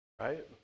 right